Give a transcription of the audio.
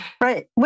right